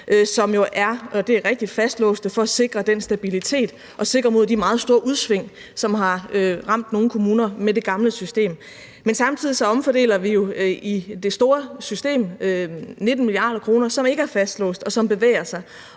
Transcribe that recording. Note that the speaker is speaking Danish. som jo er, og det er rigtigt, fastlåste for at sikre den stabilitet og sikre mod de meget store udsving, som har ramt nogle kommuner med det gamle system. Men samtidig omfordeler vi jo i det store system 19 mia. kr., som ikke er fastlåst, og som bevæger sig.